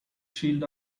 shield